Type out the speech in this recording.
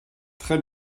très